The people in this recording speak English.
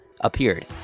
appeared